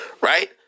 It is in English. Right